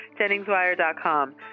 JenningsWire.com